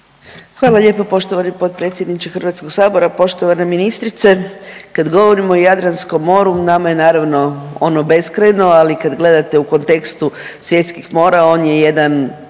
Hvala lijepo poštovani potpredsjedniče HS. Poštovana ministrice, kad govorimo o Jadranskom moru nama je naravno ono beskrajno, ali kad gledate u kontekstu svjetskih mora on je jedan,